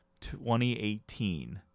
2018